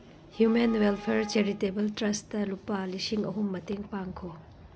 human welfare charitable trust ꯂꯨꯄꯥ ꯂꯤꯁꯤꯡ ꯑꯍꯨꯝ ꯃꯇꯦꯡ ꯄꯥꯡꯈꯣ